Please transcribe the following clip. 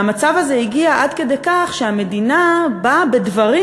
והמצב הזה הגיע עד כדי כך שהמדינה באה בדברים,